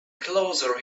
closer